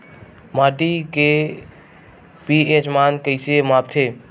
माटी के पी.एच मान कइसे मापथे?